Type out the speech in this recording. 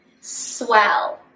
swell